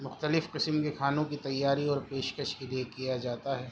مختلف قسم کے کھانوں کی تیاری اور پیش کش کے لیے کیا جاتا ہے